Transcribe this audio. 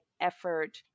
effort